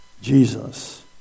Jesus